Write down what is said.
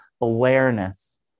awareness